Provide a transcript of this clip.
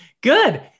Good